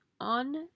on